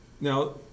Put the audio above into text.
Now